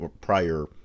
prior